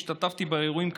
השתתפתי באירועים קשים,